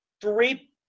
three